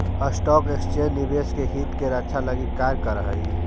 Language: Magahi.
स्टॉक एक्सचेंज निवेशक के हित के रक्षा लगी कार्य करऽ हइ